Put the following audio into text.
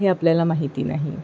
हे आपल्याला माहिती नाही